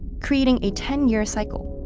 creating a ten-year cycle.